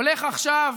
הולך עכשיו